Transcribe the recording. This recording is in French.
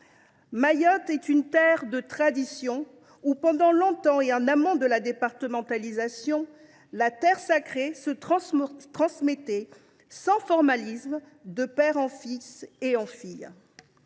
Mayotte est une terre de tradition où, longtemps, en amont de la départementalisation, la terre sacrée se transmettait sans formalisme, des parents aux enfants.